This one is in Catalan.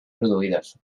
produïdes